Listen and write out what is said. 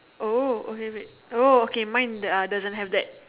oh okay wait oh okay mine uh doesn't have that